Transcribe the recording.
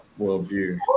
worldview